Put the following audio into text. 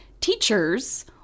teachers